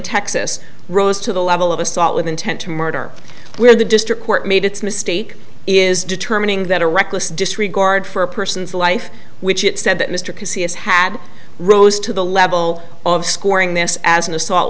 texas rose to the level of assault with intent to murder where the district court made its mistake is determining that a reckless regard for a person's life which it said that mr casey has had rose to the level of scoring this as an assault